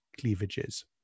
cleavages